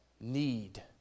need